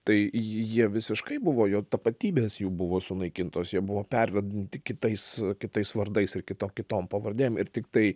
tai j jie visiškai buvo jo tapatybės jų buvo sunaikintos jie buvo pervadinti kitais kitais vardais ir kito kitom pavardėm ir tiktai